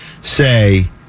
say